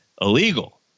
illegal